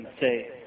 say